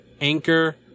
Anchor